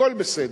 הכול בסדר.